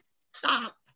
Stop